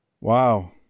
Wow